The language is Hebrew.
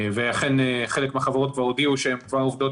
ואכן חלק מהחברות כבר הודיעו שהן עובדות